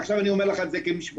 עכשיו אני אומר לך את זה כמשפטן,